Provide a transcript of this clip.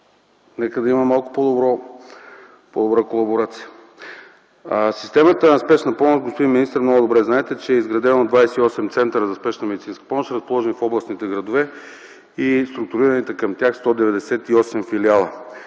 нека да има малко по-добра колаборация. Системата на Спешна помощ, господин министър, много добре знаете, че е изградена от 28 центъра за Спешна медицинска помощ, разположена в областните градове и структурираните към тях 198 филиала.